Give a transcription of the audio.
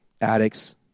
addicts